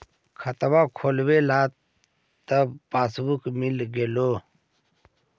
खतवा खोलैलहो तव पसबुकवा मिल गेलो?